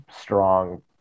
strong